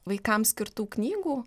vaikams skirtų knygų